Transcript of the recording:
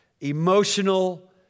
emotional